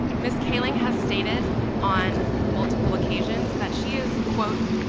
ms. kaling has stated on multiple occasions that she is, quote,